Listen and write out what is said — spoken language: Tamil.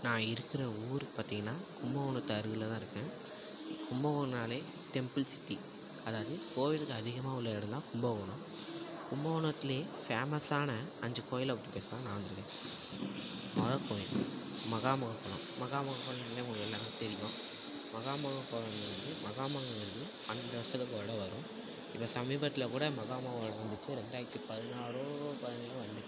நான் இருக்கிற ஊர் பார்த்தீங்கன்னா கும்பகோணத்து அருகில் தான் இருக்கேன் கும்பகோணம்னாலே டெம்பிள் சிட்டி அதாவது கோவில்கள் அதிகமாக உள்ள இடம் தான் கும்பகோணம் கும்பகோணத்துலையே ஃபேமஸான அஞ்சு கோயிலைப் பற்றி பேசணும்னு நான் வந்திருக்கேன் மொதல் கோயில் மகாமகக் குளம் மகாமகக் குளம் வந்து உங்க எல்லாருக்கும் தெரியும் மகாமகக் கொளோங்குறது மகா மகோங்கிறது பன்னெரெண்டு வருடத்துக்கு ஒரு தடவை வரும் இப்போ சமீபத்திலக் கூட மகாமகம் நடந்துச்சு ரெண்டாயிரத்தி பதினாலோ பதினஞ்சுலையோ வந்துச்சு